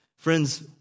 Friends